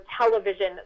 television